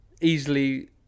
easily